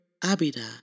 Abida